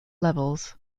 levels